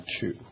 two